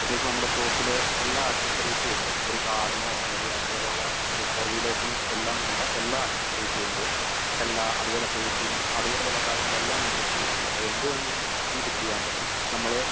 പ്രതേകിച്ച് നമ്മുടെ ഷോപ്പിൽ എല്ലാ ആക്സെസ്സറീസും ഉണ്ട് ഒരു കാറിനോ അല്ലെങ്കിൽ അതുപോലെ ഉള്ള ഫോർ വീലേർസിന് എല്ലാം വേണ്ട എല്ലാ ആക്സെസ്സറീസും ഉണ്ട് എല്ലാം അതുപോലെ പെയിന്റിങ്ങ് അതുപോലെ ഉള്ള കാര്യങ്ങളെല്ലാം നമ്മൾ ചെയ്യുന്നുണ്ട് അപ്പോൾ എന്ത് വേണമെങ്കിലും നമുക്ക് ചെയ്യാൻ പറ്റും നമ്മൾ